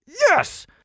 Yes